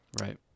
Right